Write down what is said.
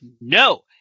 no